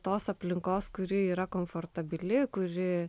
tos aplinkos kuri yra komfortabili kuri